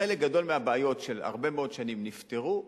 חלק גדול מהבעיות של הרבה מאוד שנים נפתרו,